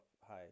Hi